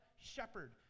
shepherd